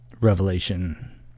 Revelation